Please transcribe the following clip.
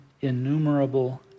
innumerable